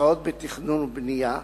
השקעות בתכנון ובנייה,